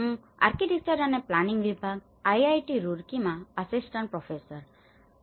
હું આર્કિટેક્ચર અને પ્લાનિંગ વિભાગ IIT રૂરકીમાં આસિસ્ટન્ટ પ્રોફેસર છું